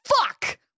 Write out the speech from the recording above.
Fuck